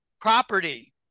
property